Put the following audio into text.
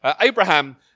Abraham